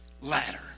ladder